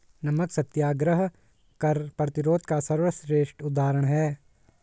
नमक सत्याग्रह कर प्रतिरोध का सर्वश्रेष्ठ उदाहरण है